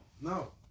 No